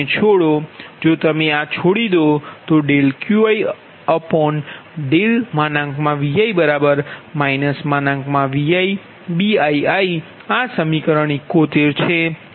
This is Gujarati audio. જો તમે આ છોડી દો તો QiVi ViBii આ સમીકરણ 71 છે